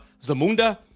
Zamunda